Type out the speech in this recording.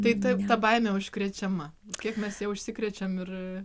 taip taip ta baimė užkrečiama kiek mes ja užsikrečiam ir